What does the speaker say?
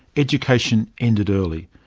education ended early.